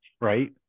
right